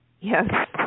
Yes